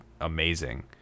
amazing